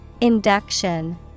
Induction